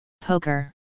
Poker